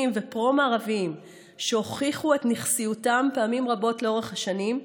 ופרו-מערביים שהוכיחו את נכסיותם פעמים רבות לאורך השנים,